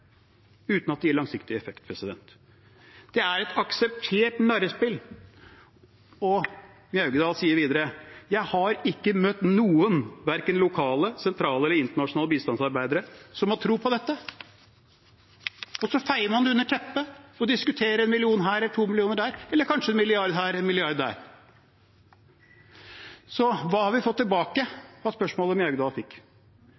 uten at det gir langsiktig effekt, og at det er et akseptert narrespill. Mjaugedal sier videre at han ikke har møtt noen, verken lokale, sentrale eller internasjonale bistandsarbeidere, som har tro på dette. Så feier man det under teppet og diskuterer en million her eller to millioner der, eller kanskje en milliard her eller en milliard der. Hva har vi fått